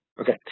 Okay